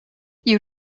you